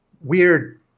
weird